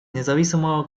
независимого